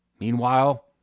Meanwhile